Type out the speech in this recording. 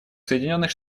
соединенных